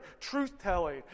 truth-telling